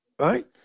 Right